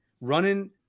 running